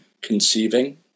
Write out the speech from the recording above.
conceiving